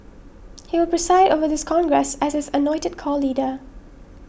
he will preside over this congress as its anointed core leader